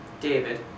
David